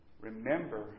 Remember